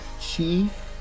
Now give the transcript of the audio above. Chief